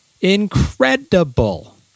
Incredible